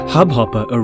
Hubhopper